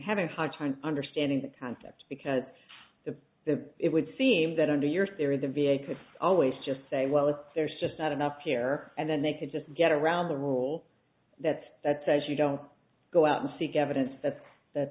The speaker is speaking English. having a hard time understanding that concept because of the it would seem that under your theory the v a could always just say well if there's just not enough here and then they could just get around the rule that says you don't go out and seek evidence that that